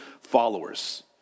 followers